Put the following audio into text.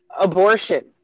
abortion